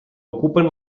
ocupen